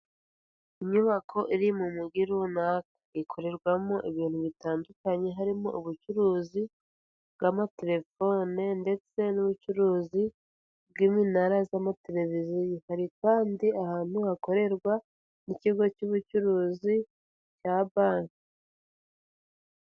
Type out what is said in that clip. Inyubako iri mu mujyi runaka, ikorerwamo ibintu bitandukanye harimo ubucuruzi, bw'amaterefone ndetse n'ubucuruzi, bw'iminara z'amateleviziyo. Hari kandi ahantu hakorerwa, ikigo cy'ubucuruzi cya banki.